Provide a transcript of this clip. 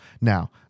Now